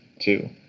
two